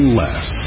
less